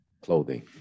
clothing